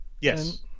Yes